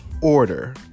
order